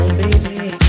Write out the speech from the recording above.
baby